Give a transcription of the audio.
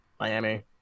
Miami